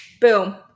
boom